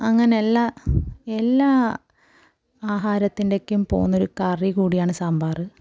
അങ്ങനെ എല്ലാ എല്ലാ ആഹാരത്തിൻ്റെ ഒക്കെയും പോകുന്ന ഒരു കറി കൂടിയാണ് സാമ്പാർ